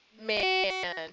Man